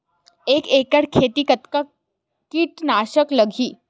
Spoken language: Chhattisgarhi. एक एकड़ खेती कतका किट नाशक लगही?